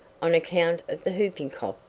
on account of the whooping-cough,